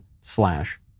slash